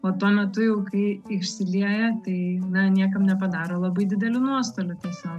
o tuo metu jau kai išsilieja tai niekam nepadaro labai didelių nuostolių tiesiog